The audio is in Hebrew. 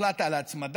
הוחלט על ההצמדה,